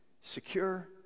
secure